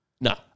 No